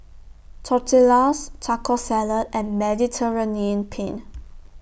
Tortillas Taco Salad and Mediterranean Penne